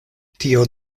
tio